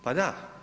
Pa da.